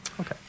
Okay